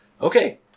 Okay